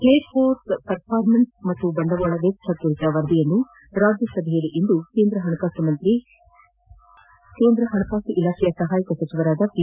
air force performance ಹಾಗೂ ಬಂಡವಾಳ ವೆಚ್ಚ ಕುರಿತ ವರದಿಯನ್ನು ರಾಜ್ಯಸಭೆಯಲ್ಲಿ ಕೇಂದ್ರ ಹಣಕಾಸು ಸಹಾಯಕ ಸಚಿವ ಪಿ